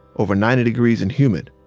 over ninety degrees and humid.